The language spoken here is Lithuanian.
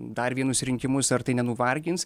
dar vienus rinkimus ar tai nenuvargins